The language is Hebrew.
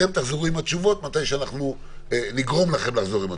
אתם תחזרו עם התשובות מתי שאנחנו נגרום לכם לחזור עם התשובות.